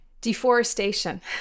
Deforestation